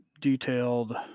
detailed